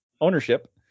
ownership